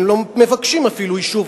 לא מבקשים אפילו אישור,